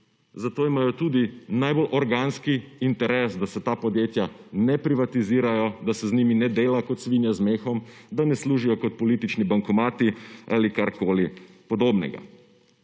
zato imajo tudi najbolj organski interes, da se ta podjetja ne privatizirajo, da se z njimi ne dela kot svinja z mehom, da ne služijo kot politični bankomati ali karkoli podobnega.